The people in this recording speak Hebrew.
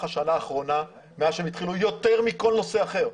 השנה האחרונה מאז שהם התחילו יותר מכל נושא אחר.